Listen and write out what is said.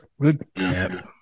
Good